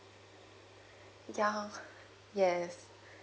yeah yes